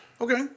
Okay